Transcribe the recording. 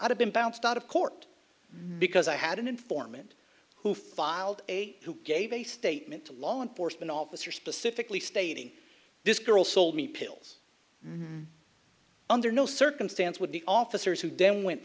i've been bounced out of court because i had an informant who filed a who gave a statement to law enforcement officers specifically stating this girl sold me pills under no circumstance would be officers who damn went